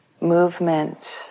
movement